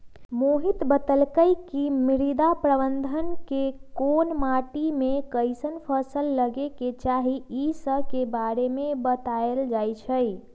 मोहित बतलकई कि मृदा प्रबंधन में कोन माटी में कईसन फसल लगे के चाहि ई स के बारे में बतलाएल जाई छई